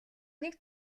нэг